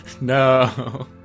No